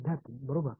विद्यार्थी बरोबर